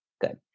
good